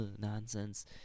nonsense